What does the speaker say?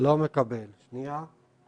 עובר בשער אחרי ששילמת